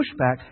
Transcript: pushback